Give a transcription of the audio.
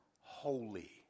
holy